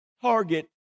target